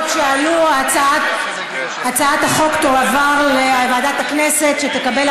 ההצעה עוברת לוועדת החינוך.